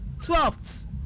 Twelfth